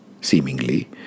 seemingly